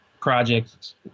projects